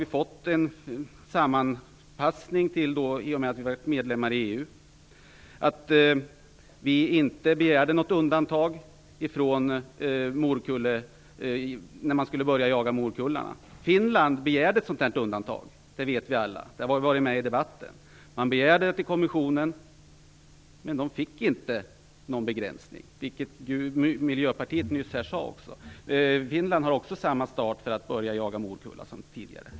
När Sverige blev medlem i EU fick vi anpassa oss när det gäller morkullejakten. Sverige begärde inte något undantag från reglerna om morkullejakt. Finland begärde, som vi alla vet, ett sådant undantag. Detta har också nämnts i debatten. Finland begärde ett undantag i kommissionen, men fick ingen begränsning, vilket man ju också nämnde här från Miljöpartiet. Finland har också samma startdatum som tidigare för att börja jaga morkulla.